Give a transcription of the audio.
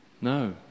No